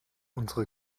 unsere